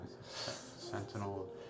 Sentinel